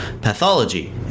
pathology